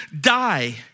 die